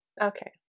Okay